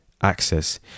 access